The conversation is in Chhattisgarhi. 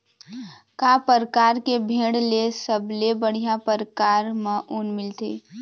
का परकार के भेड़ ले सबले बढ़िया परकार म ऊन मिलथे?